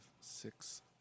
six